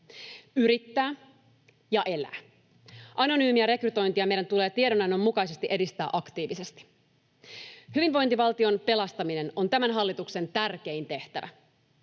yrittää ja elää. Anonyymiä rekrytointia meidän tulee tiedonannon mukaisesti edistää aktiivisesti. Hyvinvointivaltion pelastaminen on tämän hallituksen tärkein tehtävä.